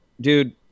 dude